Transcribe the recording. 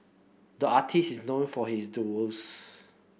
the artist is known for his doodles